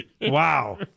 Wow